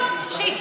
שיצעקו,